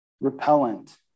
repellent